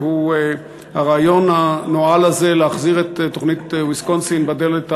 והוא הרעיון הנואל הזה להחזיר את תוכנית ויסקונסין בדלת האחורית,